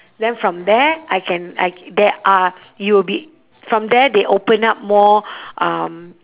then from there I can I there are you'll be from there they open up more um